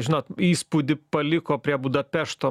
žinot įspūdį paliko prie budapešto